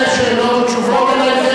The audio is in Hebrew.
אין שאלות ותשובות,